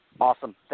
Awesome